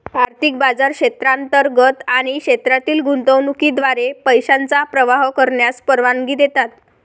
आर्थिक बाजार क्षेत्रांतर्गत आणि क्षेत्रातील गुंतवणुकीद्वारे पैशांचा प्रवाह करण्यास परवानगी देतात